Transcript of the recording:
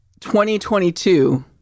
2022